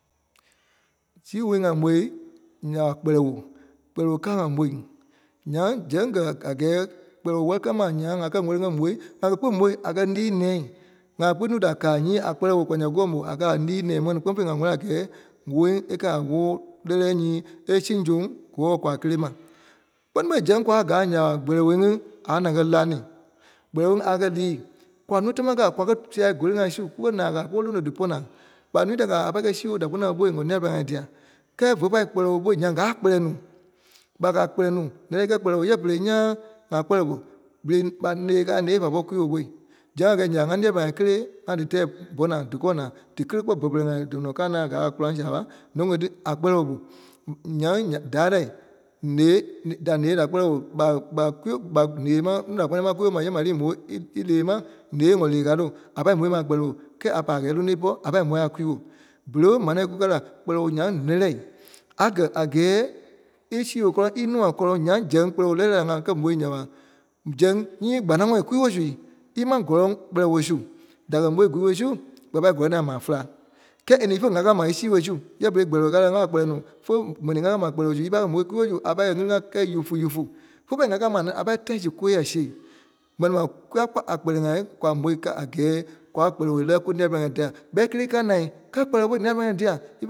Sii-woo ŋa mò nya ɓa Kpɛlɛɛ woo. Kpɛlɛɛ woo káa ŋa mò. Nyaŋ zɛŋ kɛ̀ a- a kɛ́ɛ Kpɛlɛɛ woo wɛli káa ma nyaŋ ŋa kɛ̀ wɛli ŋa bó ŋa kɛ̀ kpîŋ môi a kɛ̀ lii-nɛ̃ɛ. ŋa kpinii da káa nyii a Kpɛlɛɛ woo kwa yaa kùkɛ mò a kɛ̀ a lii-nɛ̃ɛ ma mɛni kpɛ́ni fêi ŋa wɛ̀li a kɛ́ɛ woôi a kɛ̀ a wòo lɛ̂lɛɛ nyii è a siŋ soŋ kɔɔ kwa kélee ma. Kpɛ́ni fêi zɛŋ kwaa káa nya ɓa Kpɛlɛɛi wóo-ŋí a na kɛ̀ laŋ-ní. Kpɛlɛɛ woo a kɛ̀ lii. Kwa núu támaa káa kwa kɛ̀ sia koli-ŋai su, kùwo naa káa kùwo lóno dí pɔ́ naa. Kpa nuu da káa a pɔri kɛ̀ sii-woo da kpɛni-ŋai bó ŋɔ̀ nîa-pɛlɛɛi ŋai diai. Kɛ́ɛ fé pai kpɛlɛɛ woo môi nyaŋ káa a kpɛlɛɛ nùu. Kpa káa a Kpɛlɛɛ nuu lɛ̂lɛɛ é kɛ́ Kpɛlɛɛ woo é kɛ́ pere nyaa ŋa kpɛlɛɛ woo mò. berei kpa nee káa- nee fa pɔri kwii-woo bôi. Sɛŋ ŋai kɛ̀ nya ŋai nî-pɛlɛɛi-ŋai kélee ŋá dí tɛ́ɛ ɓɔ̀ naa díkɛ naa. Dí kélee kpɔ́ pɛ-pɛlɛɛ ŋai dɔnɔ káa naa káa a kɔraŋ saaɓa nókôi tí a Kpɛlɛɛ woo bó. Nyaŋ ya- dárei nee- da nee da Kpɛlɛɛ woo kpa- kpa kwii-woo- kpa- nee máŋ núu da kpɛni mań kwii-woo mò ma ǹyee ma li í mò í- í nee ma nee ŋɔ nee káa ti oo. A pai môi ma Kpɛlɛɛ woo kɛɛ a pai a kɛ́ɛ a lóno ipɔ́ a pai mò a kwii-woo. Berei ɓe ma nɛ̃ɛ kùkɛ la. Kpɛlɛɛ nyaŋ lɛ̂lɛɛ. A kɛ̀ a kɛ́ɛ í sii-woo kɔ́lɔŋ, ínua kɔ́lɔŋ nyaŋ zɛŋ Kpɛlɛɛ woo lɛ̂lɛ-lɛlɛɛ ŋai ŋa kɛ̀ mò nya ɓa, zɛŋ nyii kpanaŋɔɔ kwii-wóo su í maŋ kɔ́lɔŋ Kpɛlɛɛ woo su, da kɛ́ mò kwii-woo su ɓa pai kɔ́lɔŋɔɔ a maa fɛla. Kɛ́ɛ a ní ífe ŋa kaa ma í sii-woo su, nyɛɛ berei Kpɛlɛɛ woo káa la ŋa a Kpɛlɛɛ nuu fe mɛni ŋa kɛ́ ma Kpɛlɛɛ woo í pa kɛ̀ mò kwii-woo su, a pai gili-ŋai kɛ̀ ɣifu-ɣifu. Fé pai ŋá káa ma ní tí í pai tâi su koyâi siɣe. Mɛni ma kwa kpɔ́ a Kpɛlɛɛ ŋai kwa mò káa a kɛ́ɛ kwa Kpɛlɛɛ woo lɛ̂ kù nîa-p̂ɛlɛɛ ŋa dia. ɓɛi kélee í káa naa kɛ̀ Kpɛlɛɛ woo mò nîa-pɛlɛɛ ŋai dia.